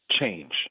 change